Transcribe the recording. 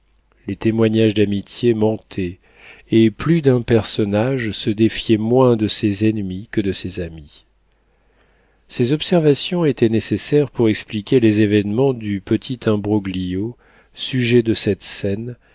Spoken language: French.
les témoignages d'amitié mentaient et plus d'un personnage se défiait moins de ses ennemis que de ses amis ces observations étaient nécessaires pour expliquer les événements du petit imbroglio sujet de cette scène